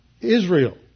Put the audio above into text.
Israel